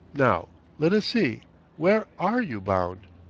now let us see where are you bound?